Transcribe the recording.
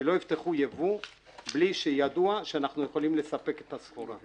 שלא יפתחו ייבוא בלי שידוע שאנחנו לא יכולים לספק את הסחורה.